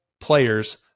players